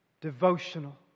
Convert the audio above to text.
devotional